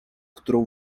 którą